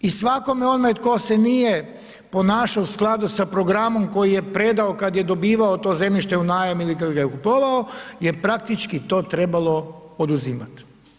I svakome onaj tko se nije ponašao u skladu sa programom koji je predao kada je dobivao to zemljište u najam ili kada ga je kupovao je praktički to trebalo oduzimati.